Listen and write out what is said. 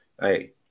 Hey